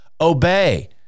Obey